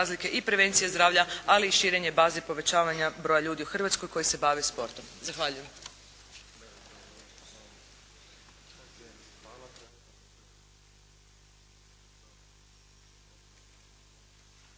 razlike i prevencije zdravlja ali i širenje baze i povećavanja broja ljudi u Hrvatskoj koji se bave sportom. Zahvaljujem.